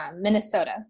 Minnesota